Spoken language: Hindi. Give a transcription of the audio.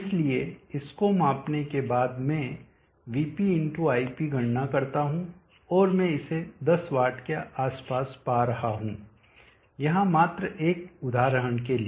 इसलिए इसको मापने के बाद मैं vp ip गणना करता हूं और मैं इसे 10 वाट के आसपास पा रहा हूं यहां मात्र एक उदाहरण के लिए